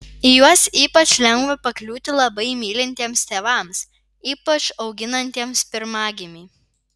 į juos ypač lengva pakliūti labai mylintiems tėvams ypač auginantiems pirmagimį